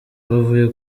bavuye